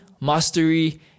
Mastery